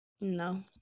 No